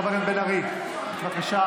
חברת הכנסת בן ארי, בבקשה.